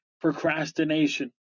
procrastination